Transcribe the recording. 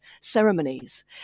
ceremonies